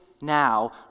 now